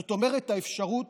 זאת אומרת, האפשרות,